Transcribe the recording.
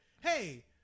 hey